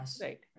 right